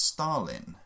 Stalin